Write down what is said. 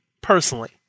personally